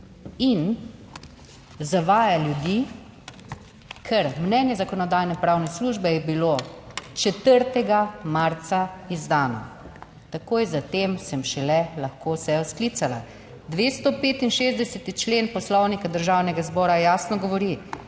in zavaja ljudi, ker mnenje Zakonodajno-pravne službe je bilo 4. marca izdano, takoj za tem sem šele lahko sejo sklicala. 265. člen Poslovnika Državnega zbora jasno govori: